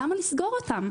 למה לסגור אותם?